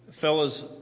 Fellas